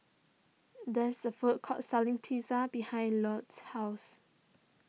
there's a food court selling Pizza behind Lott's house